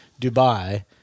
Dubai